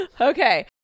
okay